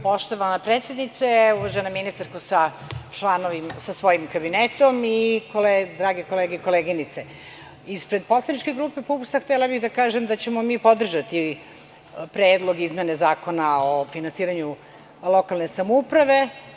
Poštovana predsednice, uvažena ministarko sa svojim kabinetom i drage kolege i koleginice, ispred poslaničke grupe PUPS htela bih da kažem da ćemo mi podržati Predlog izmene Zakona o finansiranju lokalne samouprave.